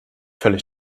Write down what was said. völlig